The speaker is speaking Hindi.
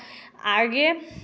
आगे